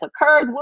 occurred